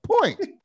point